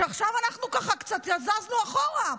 שעכשיו אנחנו ככה קצת זזנו אחורה,